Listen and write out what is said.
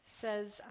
says